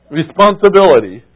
responsibility